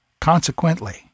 Consequently